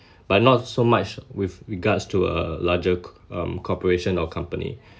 but not so much with regards to a larger um corporation or company